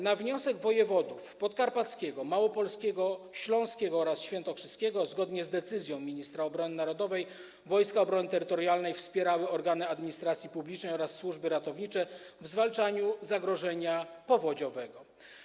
Na wniosek wojewodów: podkarpackiego, małopolskiego, śląskiego oraz świętokrzyskiego, zgodnie z decyzją ministra obrony narodowej, Wojska Obrony Terytorialnej wspierały organy administracji publicznej oraz służby ratownicze w zwalczaniu zagrożenia powodziowego.